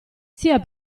sia